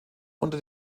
unter